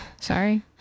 sorry